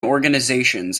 organizations